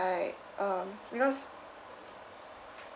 ~ike um because